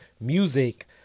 music